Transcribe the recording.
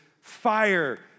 fire